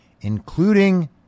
including